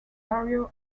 barrio